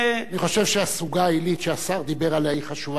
אני חושב שהסוגה העילית שהשר דיבר עליה היא חשובה ביותר,